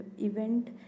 event